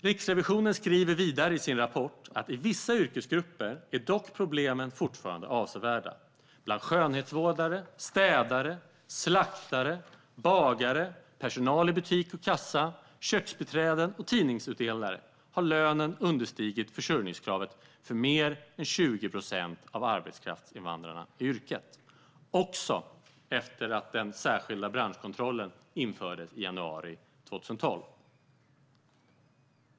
Riksrevisionen skriver vidare i sin rapport: "I vissa yrkesgrupper är dock problemen fortfarande avsevärda: bland skönhetsvårdare, städare, slaktare, bagare, personal i butik och kassa, köksbiträden och tidningsutdelare har lönen understigit försörjningskravet för mer än 20 procent av arbetskraftsinvandrarna i yrket, också efter det att den särskilda branschkontrollen infördes i januari 2012."